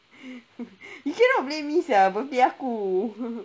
you cannot blame me sia birthday aku